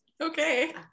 Okay